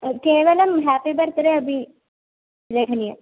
केवलं ह्यापि birthday अपि लेखनीयं